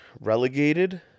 Relegated